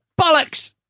bollocks